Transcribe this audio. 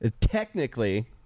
technically